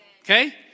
Okay